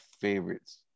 favorites